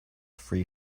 free